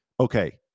okay